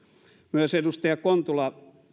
myös edustaja kontula